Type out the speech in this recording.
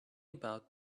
about